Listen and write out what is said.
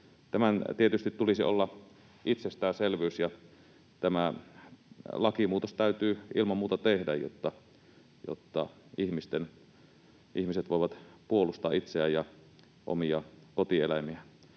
Tämän tietysti tulisi olla itsestäänselvyys, ja tämä lakimuutos täytyy ilman muuta tehdä, jotta ihmiset voivat puolustaa itseään ja omia kotieläimiään.